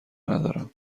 ندارم